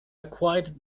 acquitted